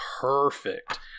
perfect